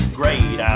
great